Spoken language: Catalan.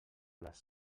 les